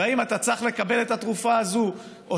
ואם אתה צריך לקבל את התרופה הזאת או